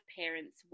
parents